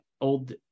old